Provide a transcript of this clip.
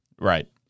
Right